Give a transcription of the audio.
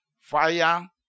Fire